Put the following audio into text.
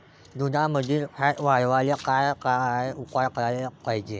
दुधामंदील फॅट वाढवायले काय काय उपाय करायले पाहिजे?